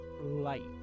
light